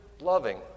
loving